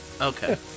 Okay